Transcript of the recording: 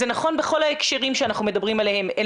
זה נכון בכל ההקשרים שאנחנו מדברים עליהם.